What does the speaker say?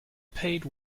paid